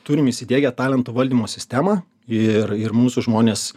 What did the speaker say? turim įsidiegę talentų valdymo sistemą ir ir mūsų žmonės